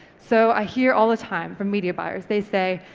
so i hear all the time from media buyers they say,